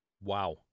Wow